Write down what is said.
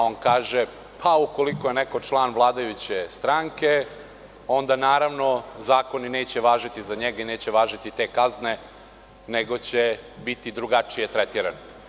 On kaže – ukoliko je neko član vladajuće stranke, onda, naravno, zakoni neće važiti za njega i neće važiti te kazne, nego će biti drugačije tretiran.